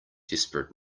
desperate